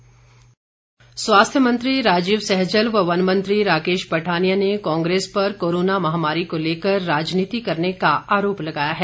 सैजल स्वास्थ्य मंत्री राजीव सैजल व वन मंत्री राकेश पठानिया ने कांग्रेस पर कोरोना महामारी को लेकर राजनीति करने का आरोप लगाया है